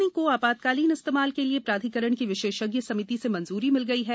रूस की स्पुतनिक को आपातकालीन इस्तेमाल के लिए प्राधिकरण की विशेषज्ञ समिति से मंजूरी मिल गई है